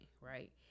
right